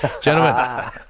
gentlemen